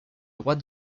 droit